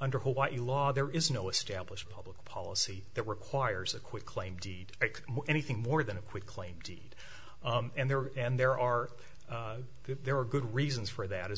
under hawaii law there is no established public policy that requires a quit claim deed anything more than a quit claim deed and there and there are there are good reasons for that as